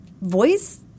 voice